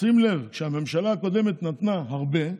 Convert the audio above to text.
שים לב, כשהממשלה הקודמת נתנה הרבה,